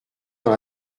dans